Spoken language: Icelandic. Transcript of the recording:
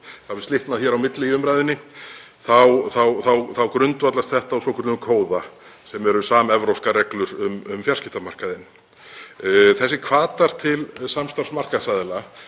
þá grundvallast þetta á svokölluðum Kóða sem eru samevrópskar reglur um fjarskiptamarkaðinn. Þessir hvatar til samstarfs markaðsaðila